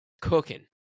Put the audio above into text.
cooking